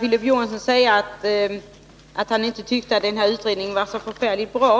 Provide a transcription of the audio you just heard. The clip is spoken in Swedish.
Filip Johansson säger att han inte tycker att utredningen är så förfärligt bra.